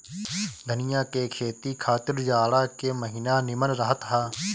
धनिया के खेती खातिर जाड़ा के महिना निमन रहत हअ